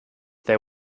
they